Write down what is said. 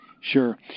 Sure